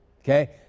Okay